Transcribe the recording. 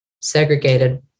segregated